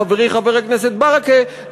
חברי חבר הכנסת ברכה,